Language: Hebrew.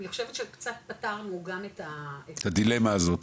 אני חושבת שקצת פתרנו --- את הדילמה הזאת.